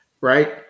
right